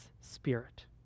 Spirit